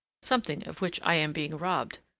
something of which i am being robbed.